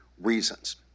reasons